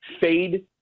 fade